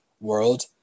world